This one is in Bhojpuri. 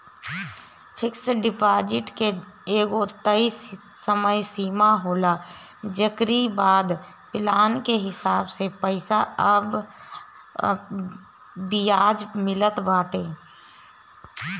फिक्स डिपाजिट के एगो तय समय सीमा होला जेकरी बाद प्लान के हिसाब से पईसा पअ बियाज मिलत बाटे